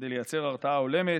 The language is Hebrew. ש"ח, כדי לייצר הרתעה הולמת.